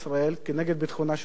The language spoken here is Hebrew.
כנגד ביטחונה של מדינת ישראל.